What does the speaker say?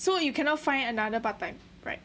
so you cannot find another part time right